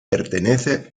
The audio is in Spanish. pertenece